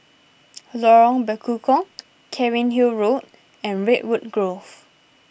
Lorong Bekukong Cairnhill Road and Redwood Grove